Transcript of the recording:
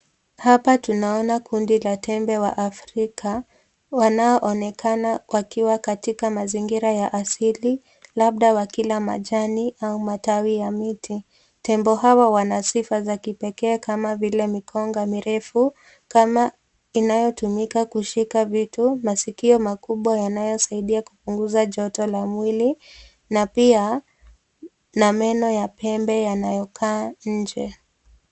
Hapa tunaona kundi la tembo wa Afrika wanaoonekana wakiwa katika mazingira ya asili, labda wakila majani au matawi ya miti. Tembo hawa wana sifa za kipekee kama vile mikonga mirefu kama inayotumika kushika vitu na masikio makubwa yanayosaidia kupunguza joto la mwili na pia na meno ya pembe yanayokaa nje.